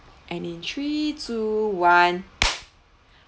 and in three two one